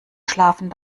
schlafen